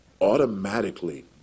automatically